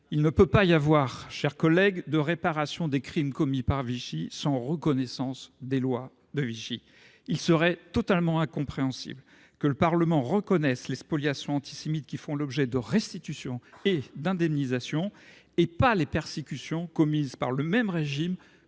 Il ne peut pas y avoir de réparation des crimes commis par Vichy sans reconnaissance des lois de Vichy. Il serait totalement incompréhensible que le Parlement reconnaisse les spoliations antisémites, qui font l’objet de restitutions et d’indemnisations, mais pas les persécutions commises par le même régime